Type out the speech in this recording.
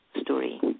story